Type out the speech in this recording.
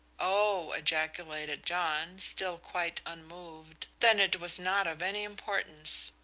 oh, ejaculated john, still quite unmoved, then it was not of any importance.